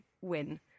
win